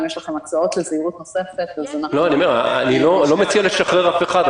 אם יש לכם הצעות לזהירות נוספת --- אני לא מציע לשחרר אף אחד,